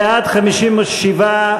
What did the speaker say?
בעד, 57,